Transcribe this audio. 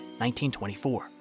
1924